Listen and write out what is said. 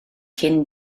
cyn